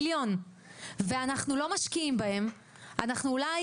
מיליון ואנחנו לא משקיעים בהם אנחנו אולי